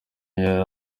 yari